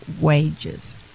wages